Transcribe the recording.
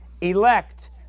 elect